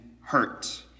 hurt